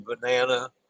banana